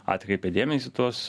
atkreipė dėmesį į tuos